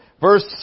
verse